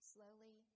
Slowly